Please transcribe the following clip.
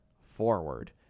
forward